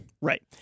Right